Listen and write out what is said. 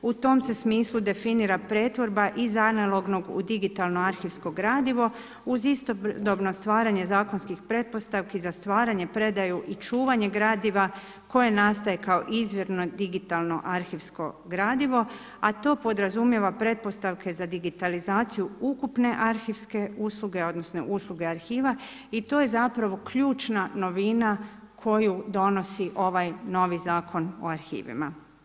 U tom se smislu definira pretvorba iz analognog u digitalno arhivsko gradivo, uz istodobno stvaranje zakonskih pretpostavki za stvaranje, predaju i čuvanje gradiva koje nastaje kao izvorno digitalno arhivsko gradivo, a to podrazumijeva pretpostavke za digitalizaciju ukupne arhivske usluge odnosno usluge arhiva i to je zapravo ključna novina koju donosi ovaj novi Zakon o arhivima.